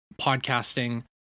podcasting